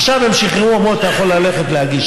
עכשיו הם שחררו, אמרו: אתה יכול ללכת להגיש.